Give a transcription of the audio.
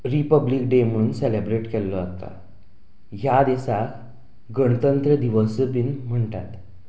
republic day म्हूण celebrate केल्लो वता ह्या दिसा गणतंत्र दीवसय बीन म्हणटात